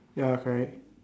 ya correct